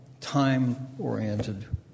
time-oriented